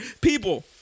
People